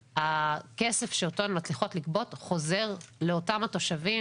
הכסף שאותו הן מצליחות לגבות חוזר לאותם התושבים